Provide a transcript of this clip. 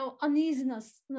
uneasiness